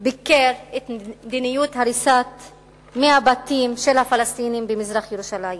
ביקר את מדיניות ההריסה של 100 בתים של הפלסטינים במזרח-ירושלים,